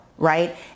right